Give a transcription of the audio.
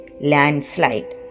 landslide